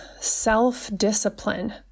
self-discipline